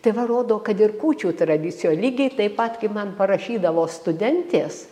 tai va rodo kad ir kūčių tradicijo lygiai taip pat kaip man parašydavo studentės